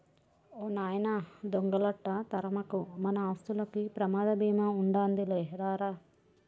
ఓ నాయనా దొంగలంట తరమకు, మన ఆస్తులకి ప్రమాద బీమా ఉండాదిలే రా రా